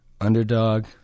underdog